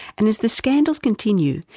and as the scandals continue,